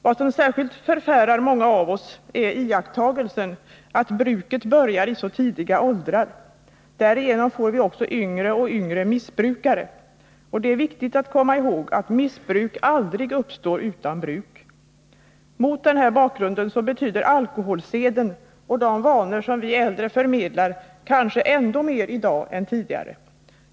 Vad som särskilt förfärar många av oss är iakttagelsen att alkoholbruket börjar i så tidiga åldrar. Därigenom får vi också yngre och yngre missbrukare. Det är vidare viktigt att komma ihåg att missbruk aldrig uppstår utan bruk. Mot den här bakgrunden betyder alkoholseden och de vanor som vi äldre förmedlar kanske i dag ännu mer än tidigare.